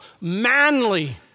manly